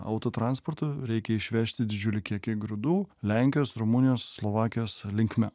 auto transportu reikia išvežti didžiulį kiekį grūdų lenkijos rumunijos slovakijos linkme